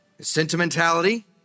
sentimentality